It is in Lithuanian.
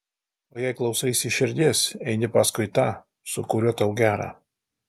o jei klausaisi širdies eini paskui tą su kuriuo tau gera